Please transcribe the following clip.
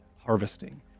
harvesting